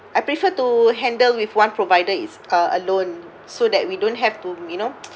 I prefer to handle with one provider is uh alone so that we don't have to you know